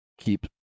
keep